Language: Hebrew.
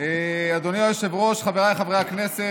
אדוני היושב-ראש, חבריי חברי הכנסת,